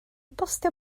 bostio